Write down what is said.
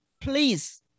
please